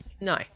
no